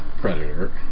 Predator